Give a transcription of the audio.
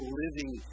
living